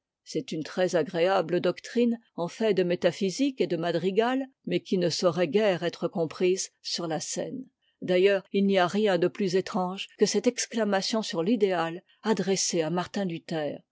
c'est une trèsagréable doctrine en fait de métaphysique et de madrigal mais qui ne saurait guère être comprise sur la scène d'ailleurs il n'y a rien de plus étrange que cette exclamation sur l'idéal adressée à martin luther car